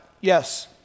Yes